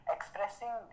Expressing